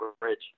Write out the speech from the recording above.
Bridge